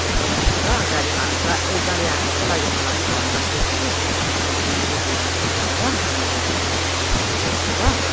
हुन्छ राखे ल गाडी आ ऊ गाडी आएको जस्तो लाग्यो मलाई अलिक हर्न लाग्दैछ कि त्यहाँदेखि म रेडी हुन्छ नि अब ल आमा लिएर गाडी चढ्नु हुन्छ थ्याङ्क यू ल